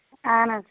اَہَن حظ